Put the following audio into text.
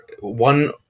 one